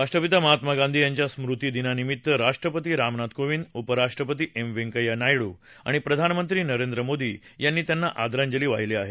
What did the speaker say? राष्ट्रपिता महात्मा गांधी यांच्या स्मृती दिनानिमित्त राष्ट्रपती रामनाथ कोविंद उपराष्ट्रपती एक व्यकय्या नायडू आणि प्रधानमंत्री नरेंद्र मोदी यांनी त्यांना आदरांजली वाहिली आहे